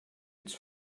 its